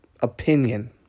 opinion